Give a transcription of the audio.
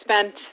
spent